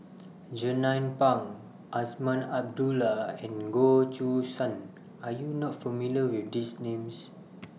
Jernnine Pang Azman Abdullah and Goh Choo San Are YOU not familiar with These Names